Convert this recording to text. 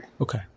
Okay